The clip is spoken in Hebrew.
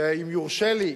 ואם יורשה לי,